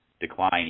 decline